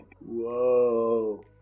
Whoa